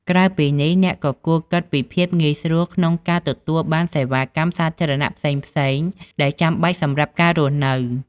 ក្រៅពីនេះ អ្នកក៏គួរគិតពីភាពងាយស្រួលក្នុងការទទួលបានសេវាកម្មសាធារណៈផ្សេងៗ ដែលចាំបាច់សម្រាប់ការរស់នៅ។